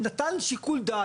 נתן שיקול דעת,